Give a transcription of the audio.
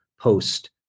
post